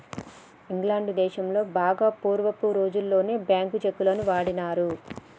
England దేశంలో బాగా పూర్వపు రోజుల్లోనే బ్యేంకు చెక్కులను వాడినారు